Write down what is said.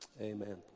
Amen